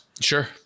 Sure